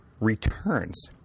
returns